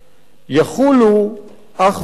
יחולו אך ורק